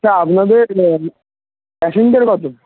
তা আপনাদের প্যাসেঞ্জার কত